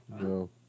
No